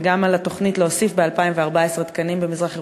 התוכנית להוסיף ב-2014 תקנים במזרח-ירושלים.